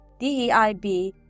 DEIB